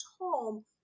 home